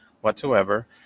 whatsoever